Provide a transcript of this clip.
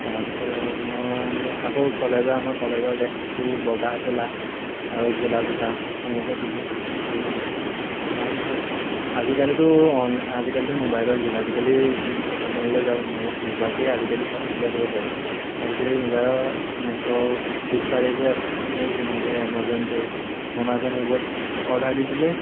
তাৰপিছত আৰু মই মানে আকৌ কলেজৰ আমাৰ কলেজৰ ড্ৰেছটো বগা ক'লা আৰু ক'লা জোতা এনেকে পিন্ধো পৰিধান কৰো তাৰপিছত আজিকালিতো অন আজিকালিতো মোবাইলৰ যুগ আজিকালি শ্বপিং মললে যাওঁ নোযোৱাকে আজিকালি চব লৈ আহিব পাৰি আজিকালি মোবাইলৰ মেচ' ফ্লিপকাৰ্ট এইবোৰ এপ যেনেকে এমাজন পে' এমাজন এইবোৰত অৰ্ডাৰ দি দিলে